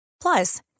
Plus